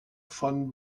von